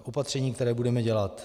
Opatření, které budeme dělat.